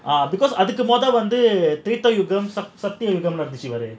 ah because அதுக்கு மொத வந்து சப்தயுகம் அப்டினு இருந்துச்சு:adhukku motha sapthayugamnu irunthuchu